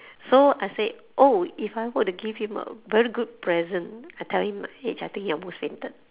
so I said oh if I were to give him a very good present I tell him my age I think he almost fainted